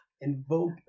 invoke